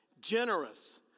Generous